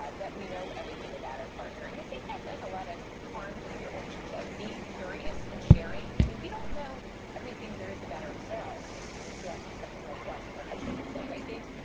that that we know everything about our partner, and i think that does a lot of harm to the relationship. being curious and sharing, i mean, we don't know everything there is about ourselves. this is actually something my philosopher husband would say, right james?